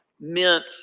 meant